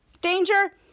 Danger